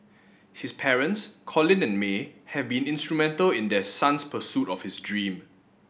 his parents Colin and May have been instrumental in their son's pursuit of his dream